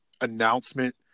announcement